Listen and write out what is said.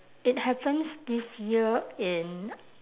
it happens this year in